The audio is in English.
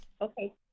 okay